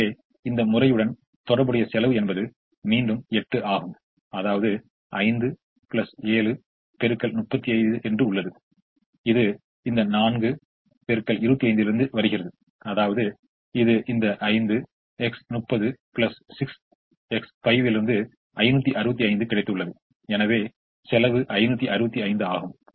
எனவே இந்த முறையுடன் தொடர்புடைய செலவு என்பது மீண்டும் 8 ஆகும் அதாவது 5 7 x 35 என்று உள்ளது இது இந்த 4 x 25 இலிருந்து வருகிறது அதாவது இது இந்த 5 x 30 6 x 5 இலிருந்து 565 கிடைத்துள்ளது எனவே செலவு 565 ஆகும்